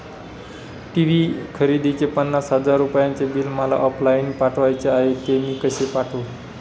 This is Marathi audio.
टी.वी खरेदीचे पन्नास हजार रुपयांचे बिल मला ऑफलाईन पाठवायचे आहे, ते मी कसे पाठवू?